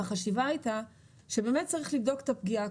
החשיבה הייתה שצריך לבדוק את הפגיעה,